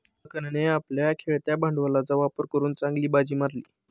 लखनने आपल्या खेळत्या भांडवलाचा वापर करून चांगली बाजी मारली